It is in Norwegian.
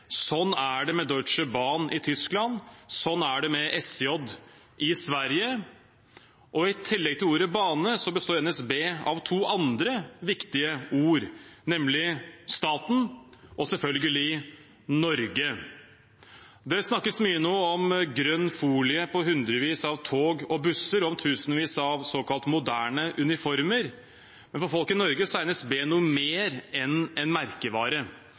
sånn er det med Deutsche Bahn i Tyskland, sånn er det med SJ i Sverige. I tillegg til ordet «bane» består NSB av to andre viktige ord, nemlig «staten» og selvfølgelig «Norge». Det snakkes nå mye om grønn folie på hundrevis av tog og busser og om tusenvis av såkalt moderne uniformer, men for folk i Norge er NSB noe mer enn en merkevare.